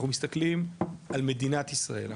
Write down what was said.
אנחנו מסתכלים על מדינת ישראל,